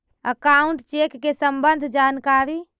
Account check के सम्बन्ध जानकारी?